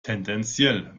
tendenziell